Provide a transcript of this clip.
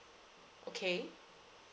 okay